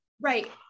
right